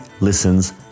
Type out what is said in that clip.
listens